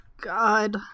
God